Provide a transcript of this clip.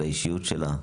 על האישיות שלה.